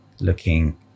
looking